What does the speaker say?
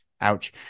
Ouch